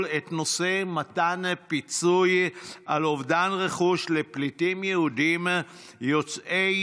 את נושא מתן פיצוי על אובדן רכוש לפליטים יהודים יוצאי